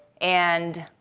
and